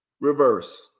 reverse